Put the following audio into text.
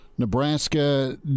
Nebraska